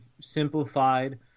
simplified